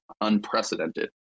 unprecedented